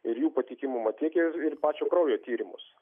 ir jų patikimumą tiek ir ir pačio kraujo tyrimus